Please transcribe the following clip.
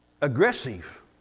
aggressive